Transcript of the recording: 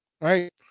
right